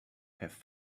have